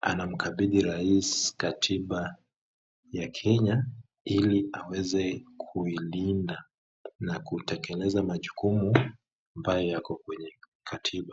anamkabidhi rais katiba ya kenya ili aweze kuilinda na kutekeleza majukumu ambayo yako kwenye katiba.